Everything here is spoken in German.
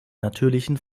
natürlichen